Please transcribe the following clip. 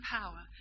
power